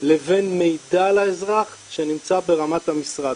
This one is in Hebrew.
לבין מידע לאזרח שנמצא ברמת המשרד.